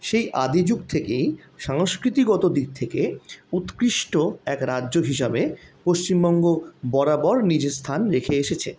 সেই আদিযুগ থেকেই সাংস্কৃতিগত দিক থেকে উৎকৃষ্ট এক রাজ্য হিসাবে পশ্চিমবঙ্গ বরাবর নিজের স্থান রেখে এসেছে